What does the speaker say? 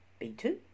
B2